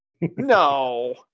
No